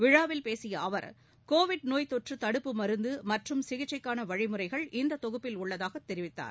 விழாவில் பேசிய அவர் கோவிட் நோய்த் தொற்று தடுப்பு மருந்து மற்றும் சிகிச்சைக்கான வழிமுறைகள் இந்த தொகுப்பில் உள்ளதாக அவர் கூறினார்